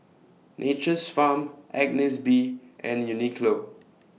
Nature's Farm Agnes B and Uniqlo